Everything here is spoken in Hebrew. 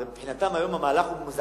הרי היום המהלך הוא מזעזע,